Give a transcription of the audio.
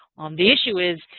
um the issue is,